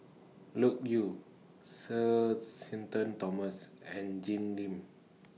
Loke Yew Sir Shenton Thomas and Jim Lim